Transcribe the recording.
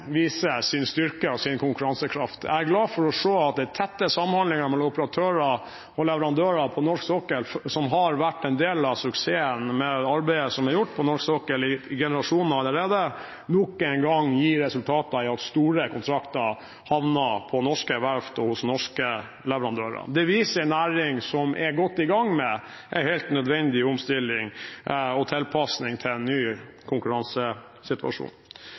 tette samhandlingen mellom operatører og leverandører på norsk sokkel – som har vært en del av suksessen i arbeidet som har vært gjort på norsk sokkel i generasjoner allerede – nok engang gir resultater ved at store kontrakter havner hos norske verft og hos norske leverandører. Det viser en næring som er godt i gang med en helt nødvendig omstilling og tilpasning til en ny konkurransesituasjon.